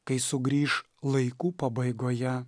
kai sugrįš laikų pabaigoje